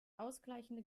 ausgleichende